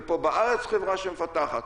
ופה בארץ חברה שמפתחת.